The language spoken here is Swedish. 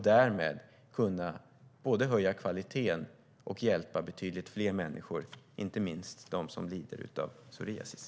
Därmed kan vi både höja kvaliteten och hjälpa betydligt fler människor och inte minst dem som lider av psoriasis.